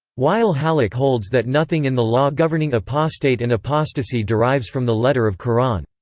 wael hallaq holds that nothing in the law governing apostate and apostasy derives from the letter of quran.